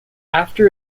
after